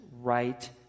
right